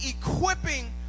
equipping